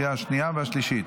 התקבלה בקריאה השנייה והשלישית,